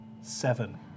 Seven